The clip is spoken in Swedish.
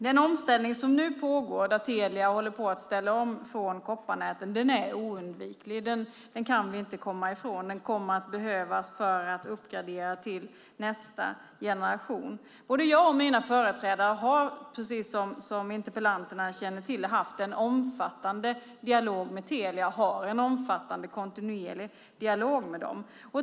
Den omställning som nu pågår, där Telia håller på att ställa om från kopparnäten, är oundviklig. Den kan vi inte komma ifrån. Den kommer att behövas för att uppgradera till nästa generation. Både jag och mina företrädare har, som interpellanterna känner till, haft och har kontinuerligt en omfattande dialog med Telia.